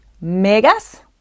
megas